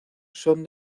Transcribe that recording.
son